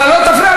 אתה לא תפריע.